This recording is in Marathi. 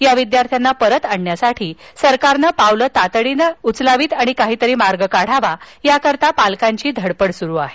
या विद्यार्थ्यांना परत आणण्यासाठी सरकारनं पावलं तातडीनं काहीतरी मार्ग काढावा या करता पालकांची धडपड सुरू आहे